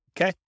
Okay